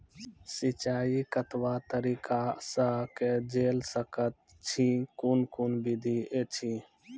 सिंचाई कतवा तरीका सअ के जेल सकैत छी, कून कून विधि ऐछि?